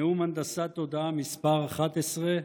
נאום הנדסת תודעה מס' 11,